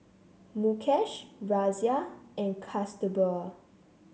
Mukesh Razia and Kasturba